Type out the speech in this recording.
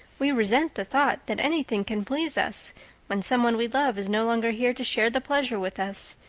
we resent the thought that anything can please us when someone we love is no longer here to share the pleasure with us,